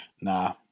Nah